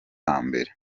hambere